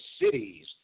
cities